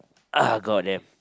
oh god damn